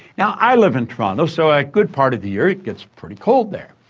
now, i live in toronto, so a good part of the year, it gets pretty cold there.